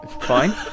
fine